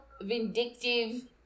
vindictive